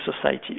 society